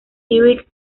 sioux